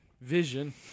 vision